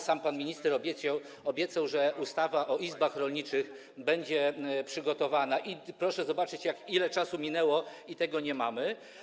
Sam pan minister obiecał, że ustawa o izbach rolniczych będzie przygotowana, a proszę zobaczyć, ile czasu minęło, a tego nie mamy.